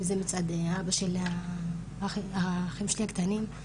אם זה מצד אבא של האחים שלי הקטנים,